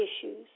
issues